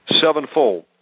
sevenfold